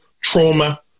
trauma